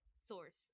source